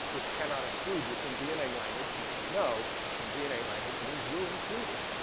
it's cannot exclude, which in dna language he should know in dna language means you're included.